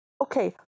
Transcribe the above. Okay